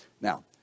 Now